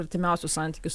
artimiausius santykius